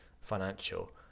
financial